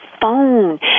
phone